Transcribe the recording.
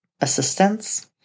assistance